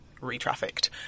re-trafficked